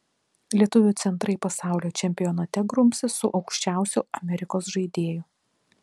lietuvių centrai pasaulio čempionate grumsis su aukščiausiu amerikos žaidėju